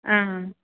ആ